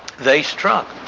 they struck,